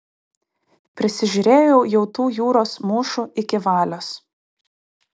prisižiūrėjau jau tų jūros mūšų iki valios